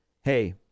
hey